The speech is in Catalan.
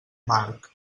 marc